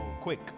quick